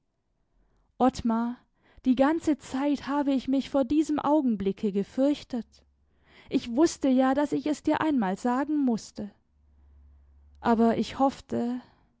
die ganze zeit habe ich mich vor diesem augenblicke gefürchtet ich wußte ja daß ich es dir einmal sagen mußte aber ich hoffte